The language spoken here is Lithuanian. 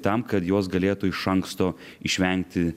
tam kad jos galėtų iš anksto išvengti